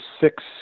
six